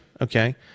Okay